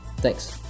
Thanks